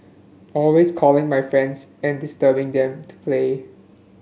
always calling my friends and disturbing them to play